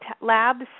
labs